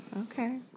Okay